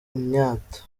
imyato